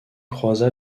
croisa